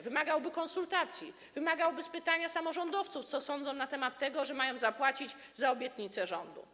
Wymagałby też konsultacji i zapytania samorządowców, co sądzą na temat tego, że mają zapłacić za obietnice rządu.